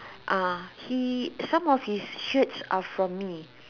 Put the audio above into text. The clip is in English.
uh he some of his shirts are from me